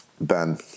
Ben